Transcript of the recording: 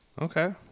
Okay